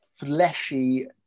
fleshy